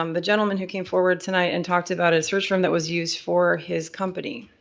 um the gentlemen who came forward tonight and talked about a search firm that was used for his company,